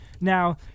Now